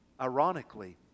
Ironically